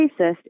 racist